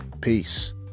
Peace